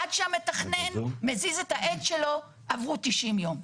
עד שהמתכנן מזיז את העט שלו עברו 90 יום.